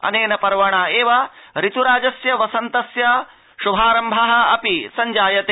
अनेन पर्वणा एव ऋत्राज वसन्तस्य श्भारम्भः अपि संजायते